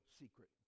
secret